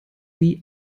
sie